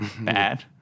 bad